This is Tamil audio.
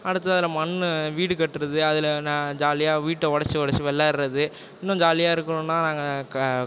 அடுத்தது அதில் மண் வீடு கட்டுறது அதில் நான் ஜாலியாக வீட்டை உடைச்சு உடைச்சு விளாடுறது இன்னும் ஜாலியாக இருக்கணும்னால் நாங்கள் க